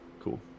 Cool